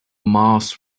maas